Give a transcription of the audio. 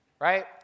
right